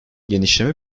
genişleme